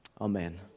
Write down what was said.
amen